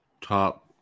top